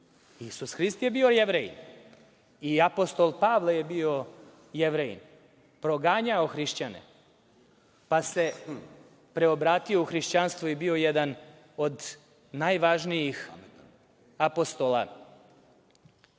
Isus Hrist je bio Jevrejin i Apostol Pavle je bio Jevrej. Proganjao je Hrišćane pa se preobratio u hrišćanstvo i bio jedan od najvažnijih apostola,